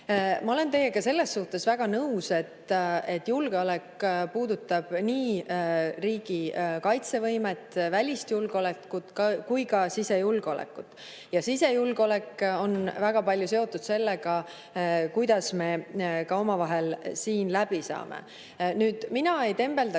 Ma olen teiega selles suhtes väga nõus, et julgeolek puudutab nii riigi kaitsevõimet, välist julgeolekut kui ka sisejulgeolekut. Ja sisejulgeolek on väga palju seotud sellega, kuidas me ka omavahel siin läbi saame. Mina ei tembeldaks